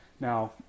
Now